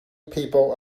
people